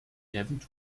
haven’t